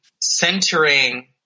centering